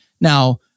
Now